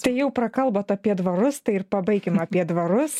tai jau prakalbot apie dvarus tai ir pabaikim apie dvarus